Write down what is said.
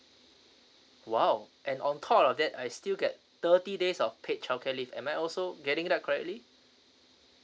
!wow! and on top of that I still get thirty days of paid childcare leave am I also getting that correctly